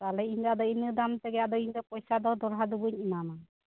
ᱛᱟᱦᱚᱞᱮ ᱤᱧᱫᱚ ᱤᱱᱟ ᱫᱟᱢ ᱛᱮᱜᱮ ᱤᱧᱫᱚ ᱯᱚᱭᱥᱟ ᱫᱚ ᱫᱚᱲᱦᱟ ᱫᱚ ᱵᱟ ᱧ ᱮᱢᱟᱢᱟ